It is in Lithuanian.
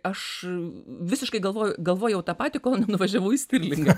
aš visiškai galvoju galvojau tą patį kol nenuvažiavau į stirlingą